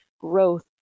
growth